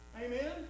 Amen